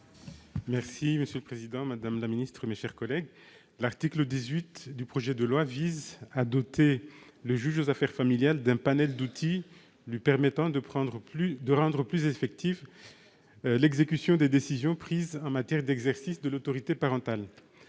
Soilihi, pour présenter l'amendement n° 241. L'article 18 du projet de loi vise à doter le juge aux affaires familiales d'un éventail d'outils lui permettant de rendre plus effective l'exécution des décisions prises en matière d'exercice de l'autorité parentale.